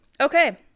okay